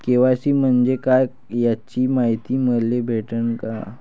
KYC म्हंजे काय याची मायती मले भेटन का?